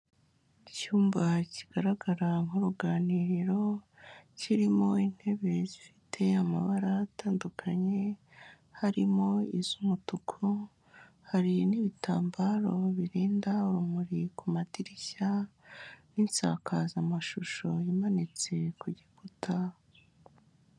Icyumba kigaragara nk'uruganiriro kirimo intebe zifite amabara atandukanye, harimo iz'umutuku hari n'ibitambaro birinda urumuri ku madirishya n'insakazamashusho imanitse ku gikuta.